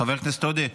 חבר הכנסת עודה,